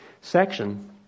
section